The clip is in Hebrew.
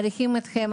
מעריכים אתכם.